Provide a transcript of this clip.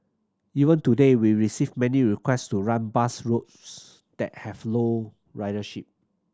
even today we receive many request to run bus routes that have low ridership